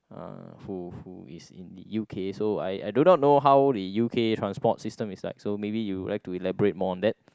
uh who who is in U_K so I I do not know how the U_K transport system is like so maybe you would like to elaborate more on that